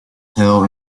hill